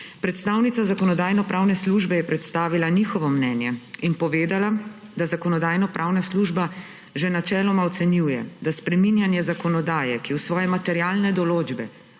Predstavnica Zakonodajno-pravne službe je predstavila njihovo mnenje in povedala, da Zakonodajno-pravna služba že načeloma ocenjuje, da spreminjanje zakonodaje, ki v svoje materialne določbe